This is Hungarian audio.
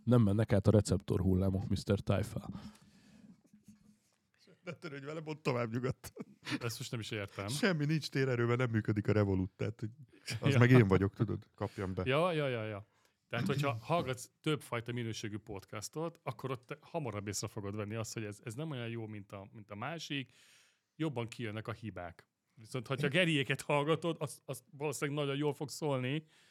Nem mennek át a receptor hullámok, Mr. Tyfel. Ne törődj velem, ott tovább nyugodtan. Ezt most nem is értem. Semmi nincs térerővel, nem működik a revolút, tehát, hogy az Ja. meg én vagyok, tudod, kapjam be. Ja, ja, ja, ja. Tehát, hogyha hallgatsz többfajta minőségű podcastot, akkor ott te hamarabb észre fogod venni azt, hogy ez- ez nem olyan jó, mint a- mint a másik. Jobban kijönnek a hibák. Viszont, hogyha Geriéket hallgatod, az- az valószínűleg nagyon jól fog szólni.